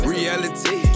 Reality